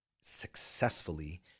successfully